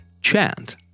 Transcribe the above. chant